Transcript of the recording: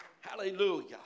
hallelujah